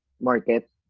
market